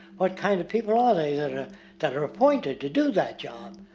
what kind of people are they that are that are appointed to do that job?